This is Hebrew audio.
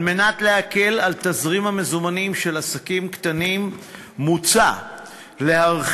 על מנת להקל על תזרים המזומנים של עסקים קטנים מוצע להרחיב